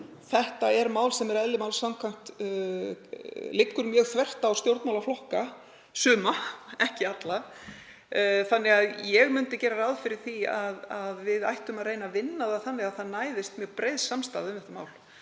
þetta mál eðli máls samkvæmt mjög þvert á stjórnmálaflokka, suma, ekki alla, þannig að ég myndi gera ráð fyrir því að við ættum að reyna að vinna það þannig að það næðist mjög breið samstaða um það.